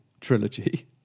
trilogy